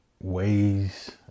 ways